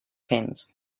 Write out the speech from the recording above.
pens